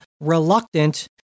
reluctant